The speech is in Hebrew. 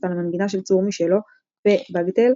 על המנגינה של "צור משלו" ו"בגטל",